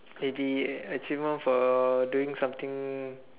maybe a achievement for doing something